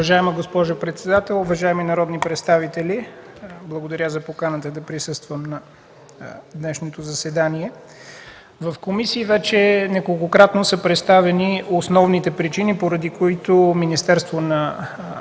В комисии вече неколкократно са представени основните причини, поради които Министерството на